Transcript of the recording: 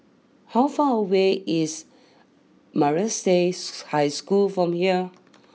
how far away is Maris Stella High School from here